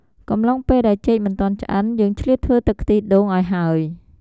កំឡុងពេលដែលចេកមិនទាន់ឆ្អិន យើងឆ្លៀតធ្វើទឹកខ្ទិះដូងឱ្យហើយ។